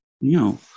no